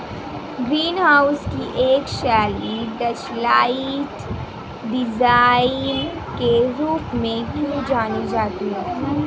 Green house की एक शैली डचलाइट डिजाइन के रूप में क्यों जानी जाती है?